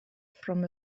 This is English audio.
from